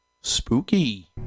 Spooky